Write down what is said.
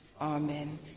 Amen